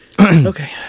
okay